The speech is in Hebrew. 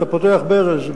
כשאתה פותח ברז,